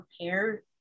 prepare